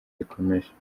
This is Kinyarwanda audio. rikomeje